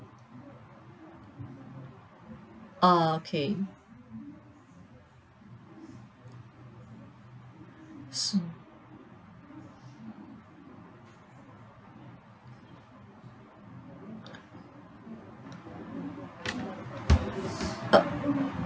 oh okay s~ uh